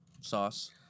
sauce